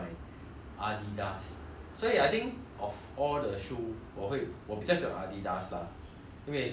所以 I think of all the shoe 我会我比较喜欢 adidas lah 因为是我的 girlfriend intro 给我的 mah